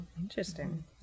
interesting